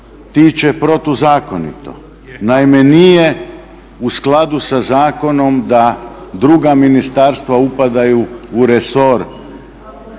tiče protuzakonito. Naime, nije u skladu sa zakonom da druga ministarstva upadaju u resor